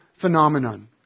phenomenon